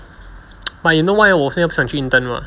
but you know why 我现在不想去 intern mah